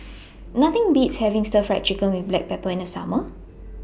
Nothing Beats having Stir Fry Chicken with Black Pepper in The Summer